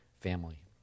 family